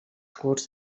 curts